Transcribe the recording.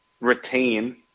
retain